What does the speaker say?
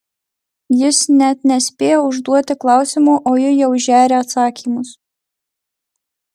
jis net nespėja užduoti klausimo o ji jau žeria atsakymus